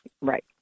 Right